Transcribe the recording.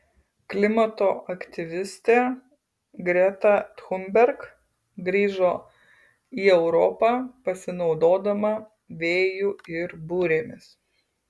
klimato aktyvistė greta thunberg grįžo į europą pasinaudodama vėju ir burėmis